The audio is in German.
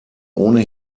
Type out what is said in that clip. ohne